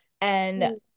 And-